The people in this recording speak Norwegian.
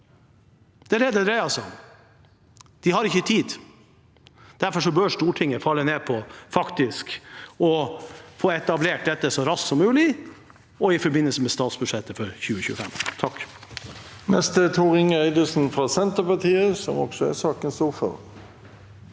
Det er det det dreier seg om. De har ikke tid. Derfor bør Stortinget falle ned på å få etablert dette så raskt som mulig, i forbindelse med statsbudsjettet for 2025.